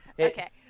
Okay